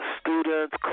students